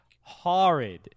horrid